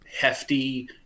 hefty